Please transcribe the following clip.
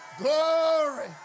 glory